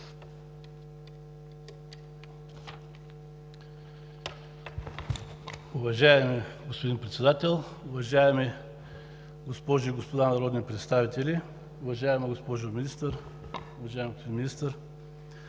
Уважаеми господин Председател, уважаеми госпожи и господа народни представители, уважаема госпожо Министър, уважаеми